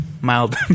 mild